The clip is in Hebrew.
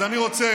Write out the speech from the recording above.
אז אני רוצה,